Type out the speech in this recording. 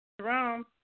Jerome